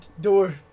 door